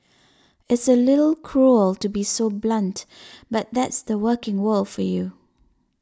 it's a little cruel to be so blunt but that's the working world for you